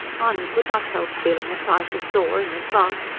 mahony could not help feeling a trifle sore, in advance,